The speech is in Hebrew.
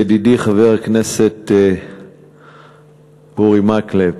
ידידי חבר הכנסת אורי מקלב,